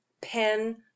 Pen